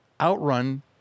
outrun